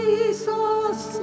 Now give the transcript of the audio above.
Jesus